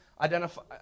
identify